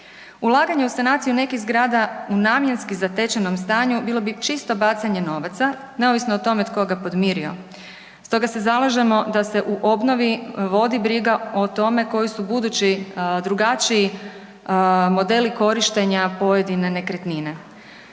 Ulaganje u sanaciju nekih zgrada u namjenski zatečenom stanju bilo bi čisto bacanje novaca neovisno o tome tko ga podmirio, stoga se zalažemo da se u obnovi vodi briga o tome koji su budući drugačiji modeli korištenja pojedine nekretnine.